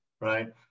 right